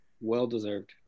Well-deserved